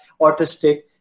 autistic